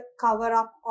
cover-up